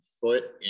foot